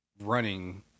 running